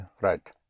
Right